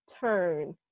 turn